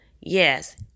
yes